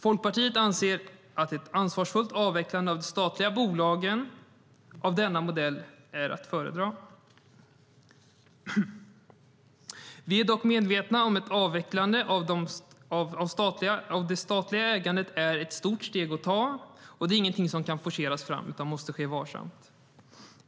Folkpartiet anser att ett ansvarsfullt avvecklande av de statliga bolagen efter denna modell är att föredra. Vi är dock medvetna om att ett avvecklande av det statliga ägandet är ett stort steg att ta. Det är inget som kan forceras fram utan måste ske varsamt.